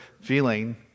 feeling